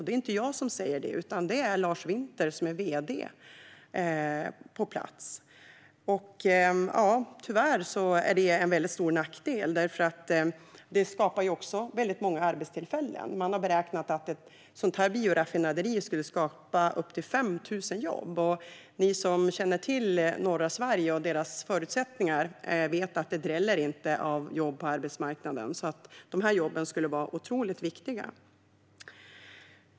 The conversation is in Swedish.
Det är inte jag som säger det utan Lars Winter som är vd på plats. Tyvärr är det en mycket stor nackdel, eftersom detta skulle skapa många arbetstillfällen. Man har beräknat att ett sådant bioraffinaderi skulle skapa upp till 5 000 jobb. Ni som känner till norra Sverige och dess förutsättningar vet att det inte dräller av jobb på arbetsmarknaden där. Dessa jobb skulle därför vara otroligt viktiga.